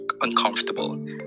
uncomfortable